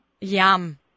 Yum